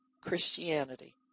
christianity